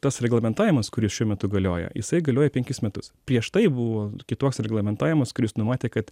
tas reglamentavimas kuris šiuo metu galioja jisai galioja penkis metus prieš tai buvo kitoks reglamentavimas kuris numatė kad